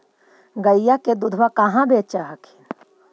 गईया के दूधबा कहा बेच हखिन?